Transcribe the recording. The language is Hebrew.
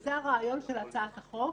זה הרעיון של הצעת החוק